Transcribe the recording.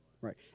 right